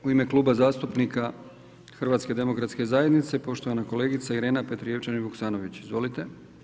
U ime Kluba zastupnika HDZ-a poštovana kolegica Irena Petrijevčanin Vuksanović, izvolite.